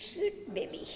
sweet baby